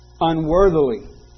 unworthily